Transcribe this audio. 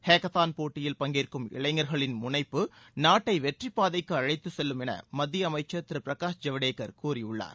hackathon போட்டியில் பங்கேற்கும் இளைஞர்களின் முனைப்பு நாட்டை வெற்றி பாதைக்கு அழைத்து செல்லும் என மத்திய அமைச்சர் திரு பிரகாஷ் ஜவ்டேகர் கூறியுள்ளார்